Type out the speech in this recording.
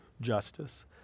justice